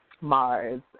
Mars